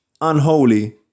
unholy